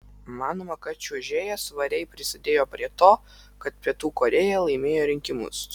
manoma kad čiuožėja svariai prisidėjo prie to kad pietų korėja laimėjo rinkimus